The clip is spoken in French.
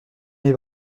mes